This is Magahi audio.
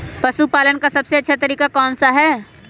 पशु पालन का सबसे अच्छा तरीका कौन सा हैँ?